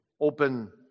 open